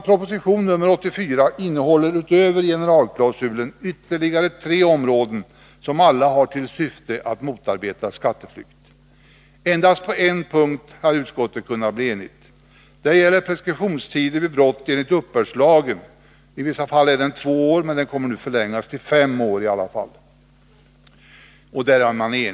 Proposition nr 84 innehåller utöver generalklausulen ytterligare tre områden som alla har till syfte att motarbeta skatteflykt. Endast på en punkt har utskottet kunnat bli enigt. Det gäller preskriptionstider vid brott enligt uppbördslagen. I vissa fall är den två år, men den kommer nu att förlängas till fem år i alla fall.